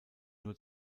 nur